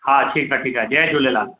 हा ठीकु आहे ठीकु आहे जय झूलेलाल